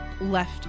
left